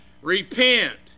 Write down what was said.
Repent